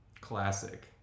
Classic